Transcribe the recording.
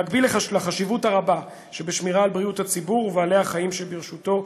במקביל לחשיבות הרבה שבשמירה על בריאות הציבור ובעלי החיים שברשותו,